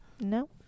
No